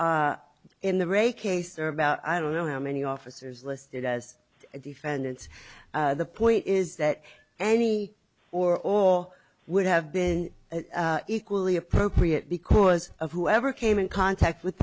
out i don't know how many officers listed as defendants the point is that any or all would have been equally appropriate because of whoever came in contact with